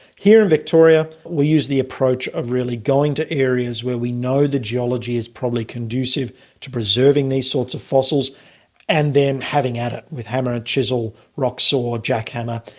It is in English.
here in victoria we use the approach of really going to areas where we know the geology is probably conducive to preserving these sorts of fossils and then having at it with hammer and chisel, rock saw, jackhammer,